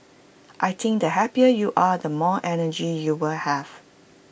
I think the happier you are the more energy you will have